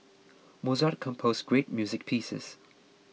Mozart composed great music pieces